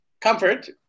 comfort